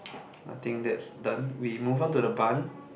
I think that's done we move on to the barn